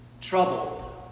troubled